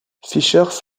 fischer